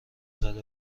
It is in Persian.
زده